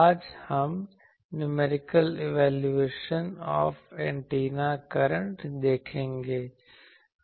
आज हम numerical evaluation of antenna current देखेंगे